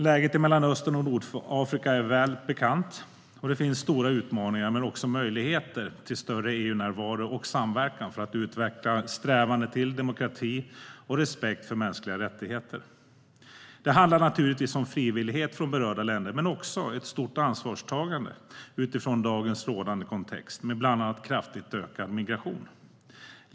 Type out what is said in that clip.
Läget i Mellanöstern och Nordafrika är väl bekant, och det finns stora utmaningar och även möjligheter till större EU-närvaro och samverkan för att utveckla strävanden efter demokrati och respekt för mänskliga rättigheter. Det handlar naturligtvis om frivillighet från berörda länder och även om ett stort ansvarstagande utifrån dagens rådande kontext med bland annat kraftigt ökad migration.